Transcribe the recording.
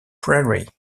prairie